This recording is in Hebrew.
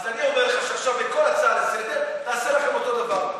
אז אני אומר לך שעכשיו בכל הצעה לסדר-היום נעשה לכם אותו דבר.